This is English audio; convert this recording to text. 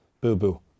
boo-boo